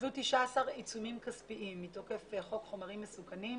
הוטלו 19 עיצומים כספיים מתוקף חוק חומרים מסוכנים,